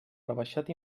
rebaixat